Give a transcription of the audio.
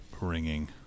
ringing